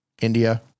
India